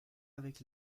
avec